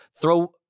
throw